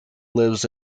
lives